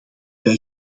bij